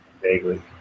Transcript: Vaguely